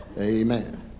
Amen